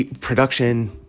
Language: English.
production